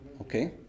okay